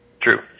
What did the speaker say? True